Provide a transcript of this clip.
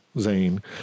Zane